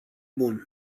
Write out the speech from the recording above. bun